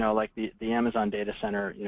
and like the the amazon data center.